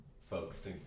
folks